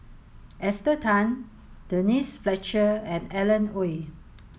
Esther Tan Denise Fletcher and Alan Oei